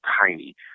tiny